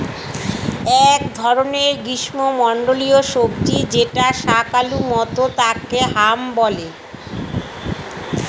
এক ধরনের গ্রীষ্মমন্ডলীয় সবজি যেটা শাকালু মতো তাকে হাম বলে